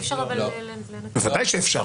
אי אפשר --- בוודאי שאפשר.